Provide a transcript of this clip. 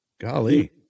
Golly